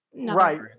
Right